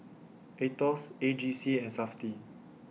Aetos A G C and Safti